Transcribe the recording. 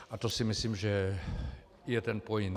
A to si myslím, že je ten point.